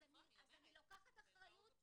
אז אני לוקחת אחריות,